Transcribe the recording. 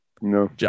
No